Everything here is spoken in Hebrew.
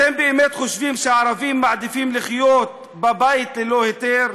אתם באמת חושבים שהערבים מעדיפים לחיות בבית ללא היתר?